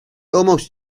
almost